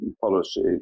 policy